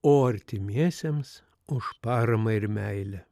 o artimiesiems už paramą ir meilę